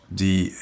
die